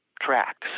tracks